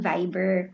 Viber